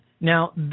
Now